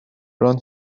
run